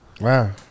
Wow